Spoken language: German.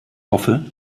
hoffe